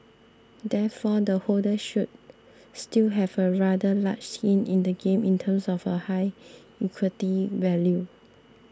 therefore the holders should still have a rather large skin in the game in terms of a high equity value